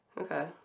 okay